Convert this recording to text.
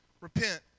Repent